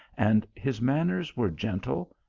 and his manners were gentle,